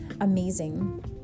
amazing